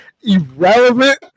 irrelevant